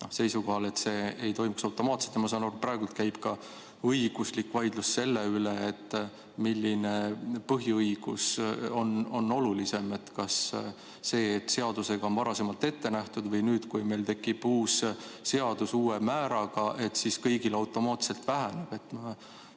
arutatakse, ei toimuks automaatselt. Ma saan aru, et praegu käib ka õiguslik vaidlus selle üle, milline põhiõigus on olulisem: kas see, et seadusega on varasemalt ette nähtud, või nüüd, kui meil tekib uus seadus uue määraga, siis kõigil automaatselt väheneb.